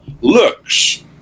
looks